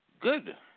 Good